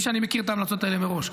בלי שאני מכיר את ההמלצות האלה מראש,